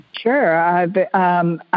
Sure